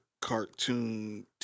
Cartoon